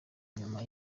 nyuma